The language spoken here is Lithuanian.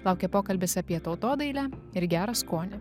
laukia pokalbis apie tautodailę ir gerą skonį